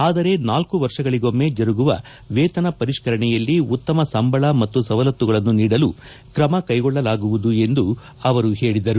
ಆದರೆ ನಾಲ್ಕು ವರ್ಷಗಳಗೊಮ್ಮೆ ಜರುಗುವ ವೇತನ ಪರಿಷ್ಠರಣೆಯಲ್ಲಿ ಉತ್ತಮ ಸಂಬಳ ಮತ್ತು ಸವಲತ್ತುಗಳನ್ನು ನೀಡಲು ಕ್ರಮ ಕೈಗೊಳ್ಳಲಾಗುವುದು ಎಂದು ಅವರು ಪೇಳಿದರು